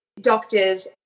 doctors